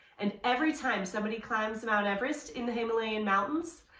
and every time somebody climbs mount everest, in the himalayan mountains,